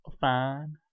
fine